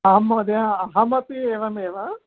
आम् महोदय अहमपि एवमेव